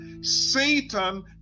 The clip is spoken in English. Satan